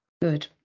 Good